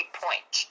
point